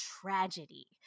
tragedy